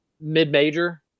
mid-major